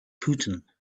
putin